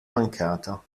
mancata